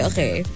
Okay